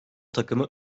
takımı